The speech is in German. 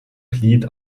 glied